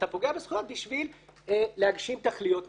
אתה פוגע בזכויות בשביל להגשים תכליות מסוימות.